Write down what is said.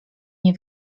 nie